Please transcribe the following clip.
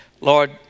Lord